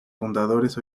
fundadores